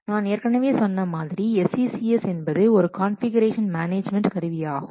நான் ஏற்கனவே சொன்ன மாதிரி SCCS என்பது ஒரு கான்ஃபிகுரேஷன் மேனேஜ்மென்ட் கருவிஆகும்